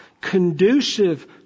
conducive